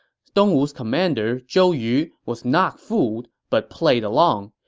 dong wu's commander, zhou yu, was not fooled but played along.